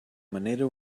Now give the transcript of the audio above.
manera